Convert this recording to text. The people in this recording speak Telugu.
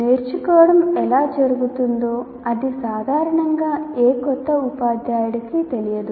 నేర్చుకోవడం ఎలా జరుగుతుందో అది సాధారణంగా ఏ కొత్త ఉపాధ్యాయుడికి తెలియదు